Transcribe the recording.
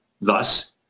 Thus